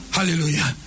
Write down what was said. Hallelujah